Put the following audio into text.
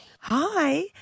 Hi